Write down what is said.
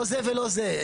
לא זה ולא זה.